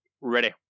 Ready